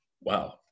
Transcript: wow